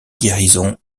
guérison